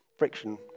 Friction